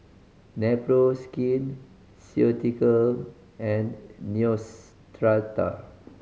Nepro Skin Ceutical and Neostrata